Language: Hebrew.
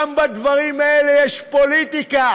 גם בדברים האלה יש פוליטיקה.